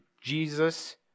Jesus